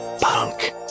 punk